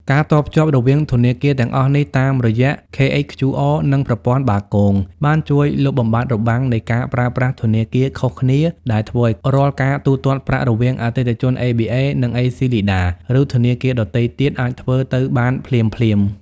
ការតភ្ជាប់រវាងធនាគារទាំងអស់នេះតាមរយៈ KHQR និងប្រព័ន្ធបាគង បានជួយលុបបំបាត់របាំងនៃការប្រើប្រាស់ធនាគារខុសគ្នា ដែលធ្វើឱ្យរាល់ការទូទាត់ប្រាក់រវាងអតិថិជន ABA និងអេស៊ីលីដា (ឬធនាគារដទៃទៀត) អាចធ្វើទៅបានភ្លាមៗ។